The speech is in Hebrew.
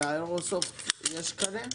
לאיירסופט יש קנה?